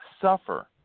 suffer